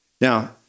Now